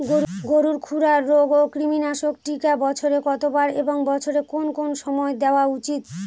গরুর খুরা রোগ ও কৃমিনাশক টিকা বছরে কতবার এবং বছরের কোন কোন সময় দেওয়া উচিৎ?